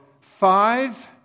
five